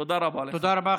תודה רבה לכם.